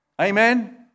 Amen